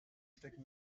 stecken